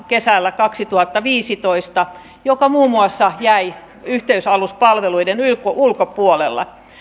kesällä kaksituhattaviisitoista örön saarella joka muun muassa jäi yhteysaluspalveluiden ulkopuolelle